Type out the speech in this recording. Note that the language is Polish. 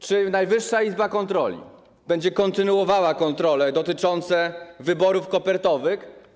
Czy Najwyższa Izba Kontroli będzie kontynuowała kontrole dotyczące wyborów kopertowych?